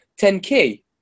10k